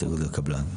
הצבעה לא התקבלה.